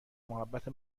محبت